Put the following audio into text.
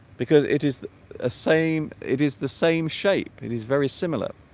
because it is the ah same it is the same shape it is very similar